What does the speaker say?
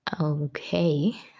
okay